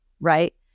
right